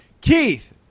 Keith